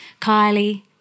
Kylie